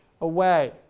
away